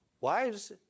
wives